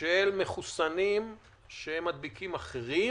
של מחוסנים שמדביקים אחרים.